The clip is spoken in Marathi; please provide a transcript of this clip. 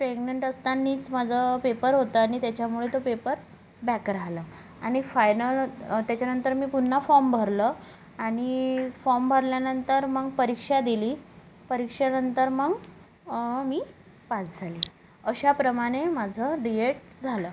प्रेग्नंट असतानाच माझं पेपर होता आणि त्याच्यामुळे तो पेपर बॅक राहिलं आणि फायनल त्याच्यानंतर मी पुन्हा फाॅम भरलं आणि फॉम भरल्यानंतर मग परीक्षा दिली परीक्षेनंतर मग मी पाच झाले अशाप्रमाणे माझं डी येट झालं